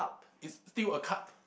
it's still a card